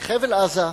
מחבל-עזה,